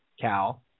Cal